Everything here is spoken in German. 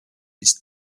ist